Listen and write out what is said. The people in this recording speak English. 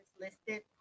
listed